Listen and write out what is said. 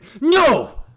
No